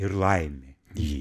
ir laimi jį